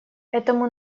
этому